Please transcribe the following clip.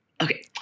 Okay